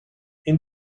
این